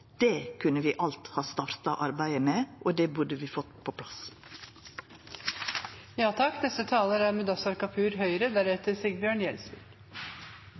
kunne vi alt ha starta arbeidet med, og det burde vi ha fått på